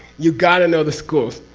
you got to know the schools.